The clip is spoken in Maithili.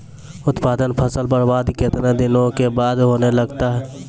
उत्पादन फसल बबार्द कितने दिनों के बाद होने लगता हैं?